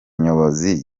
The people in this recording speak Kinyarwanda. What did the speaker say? nyobozi